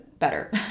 Better